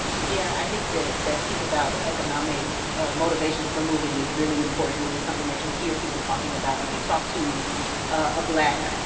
yeah, i think that that piece about the economic motivations for moving is really important and it's something that you hear people talking about. if you talk to a black,